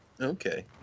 Okay